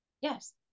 Yes